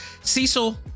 Cecil